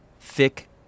Thick